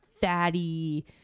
fatty